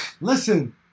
Listen